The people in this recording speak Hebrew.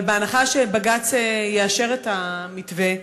אבל בהנחה שבג"ץ יאשר את המתווה,